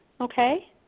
okay